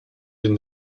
den